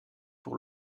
pour